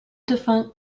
defunct